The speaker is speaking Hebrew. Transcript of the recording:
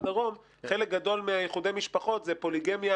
בדרום חלק גדול מאיחודי המשפחות זה פוליגמיה,